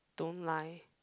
don't lie